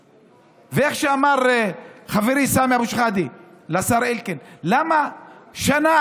ואיך שאמר חברי סמי אבו שחאדה לשר אלקין: למה שנה?